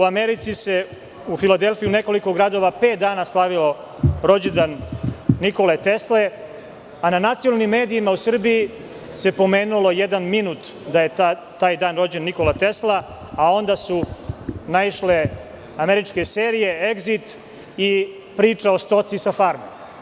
U Americi, u Filadelfiji, u nekoliko gradova se pet dana slavio rođendan Nikole Tesle, a na nacionalnim medijima u Srbiji se pomenulo u samo jednom minutu da je na taj dan rođen Nikola Tesla, a onda su naišle američke serije, "Egzit" i priča o stoci sa "Farme"